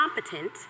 competent